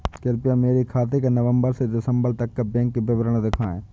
कृपया मेरे खाते का नवम्बर से दिसम्बर तक का बैंक विवरण दिखाएं?